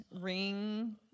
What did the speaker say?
ring